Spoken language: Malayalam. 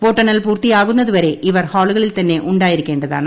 വോട്ടെണ്ണൽ പൂർത്തിയാകുന്നതുവരെ ഇവർ ഹാളുകളിൽ തന്നെ ഉണ്ടായിരിക്കേണ്ടതാണ്